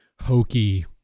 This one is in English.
hokey